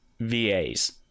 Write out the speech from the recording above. VAs